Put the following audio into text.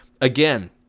again